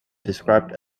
described